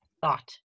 thought